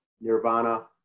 Nirvana